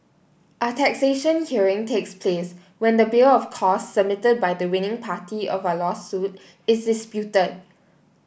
a taxation hearing takes place when the bill of costs submitted by the winning party of a lawsuit is disputed